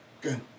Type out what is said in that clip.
Good